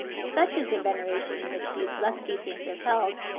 such is the veneration in which these lusty saints are held,